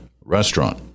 restaurant